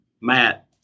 Matt